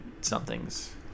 somethings